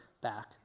back